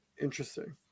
Interesting